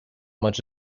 much